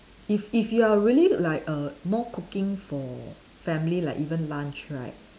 if if you are really like err more cooking for family like even lunch right